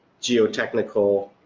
geo-technical